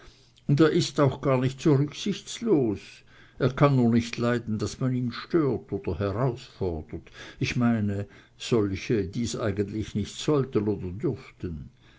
er ist auch gar nicht so rücksichtslos er kann nur nicht leiden daß man ihn stört oder herausfordert ich meine solche die's eigentlich nicht sollten oder dürften